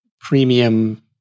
premium